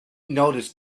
noticed